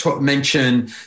mention